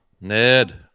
Ned